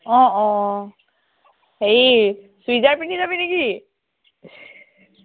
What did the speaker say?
অ অ হেৰি চুইজাৰ পিন্ধি যাবিনে কি